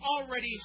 already